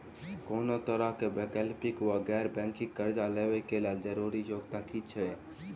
कोनो तरह कऽ वैकल्पिक वा गैर बैंकिंग कर्जा लेबऽ कऽ लेल जरूरी योग्यता की छई?